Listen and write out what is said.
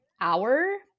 hour